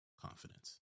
confidence